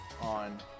on